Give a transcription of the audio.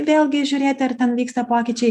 vėlgi žiūrėti ar ten vyksta pokyčiai